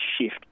shift